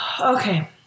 Okay